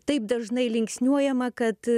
taip dažnai linksniuojama kad